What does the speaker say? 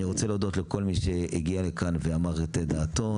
אני רוצה להודות לכל מי שהגיע לכאן ואמר את דעתו.